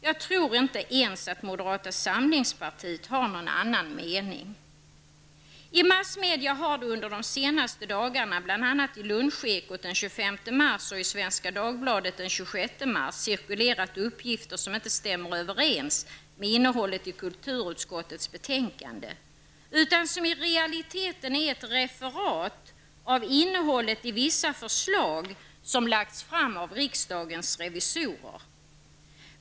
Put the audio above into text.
Jag tror inte ens att moderata samlingspartiet har någon annan mening. I massmedia har det under de senaste dagarna bl.a. i Lunchekot den 25 mars och i Svenska Dagbladet den 26 mars, cirkulerat uppgifter som inte stämmer överens med innehållet i kulturutskottets betänkande utan som i realitetens är ett referat av innehållet i vissa förslag som lagts fram av riksdagens revisorer.